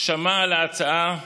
שמע על ההצעה,